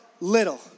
little